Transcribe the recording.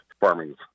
farming